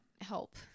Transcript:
help